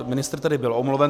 Ministr tedy byl omluven.